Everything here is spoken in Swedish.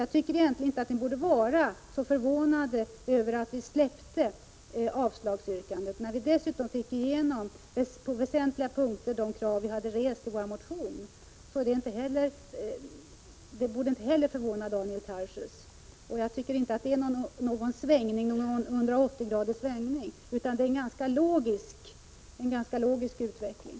Jag tycker egentligen att ni inte borde vara så förvånade som ni är, Daniel Tarschys och andra, över att vi har släppt avslagsyrkandet när vi på väsentliga punkter har fått igenom de krav vi hade ställt i vår motion. Jag tycker inte det är någon 180-gradig svängning utan en ganska logisk utveckling!